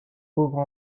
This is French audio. pauvre